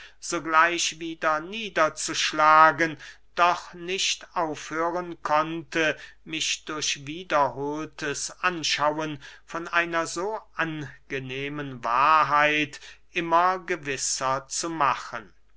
sogleich wieder niederzuschlagen doch nicht aufhören konnte mich durch immer wiederhohltes anschauen von einer so angenehmen wahrheit immer gewisser zu machen